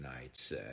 nights